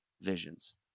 visions